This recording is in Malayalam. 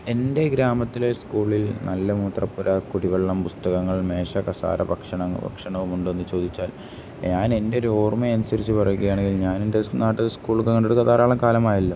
എൻ്റെ ഗ്രാമത്തിലെ സ്കൂളിൽ നല്ല മൂത്രപ്പുര കുടിവെള്ളം പുസ്തകങ്ങൾ മേശ കസേര ഭക്ഷണം ഭക്ഷണവും ഉണ്ടോ എന്ന് ചോദിച്ചാൽ ഞാൻ എൻ്റെ ഒരു ഓർമ്മ അനുസരിച്ച് പറയുകയാണെങ്കിൽ ഞാൻ എൻ്റെ നാട്ടിൽത്തെ സ്കൂൾ കണ്ടിട്ട് ധാരാളം കാലമായല്ലോ